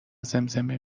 زمزمه